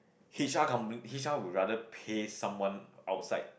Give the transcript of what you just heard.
company would rather pay someone outside